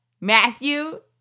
Matthew